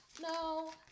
No